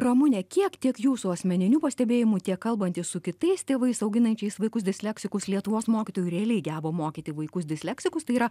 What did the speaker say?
ramune kiek tiek jūsų asmeniniu pastebėjimu tiek kalbant su kitais tėvais auginančiais vaikus disleksikus lietuvos mokytojų realiai geba mokyti vaikus disleksikus tai yra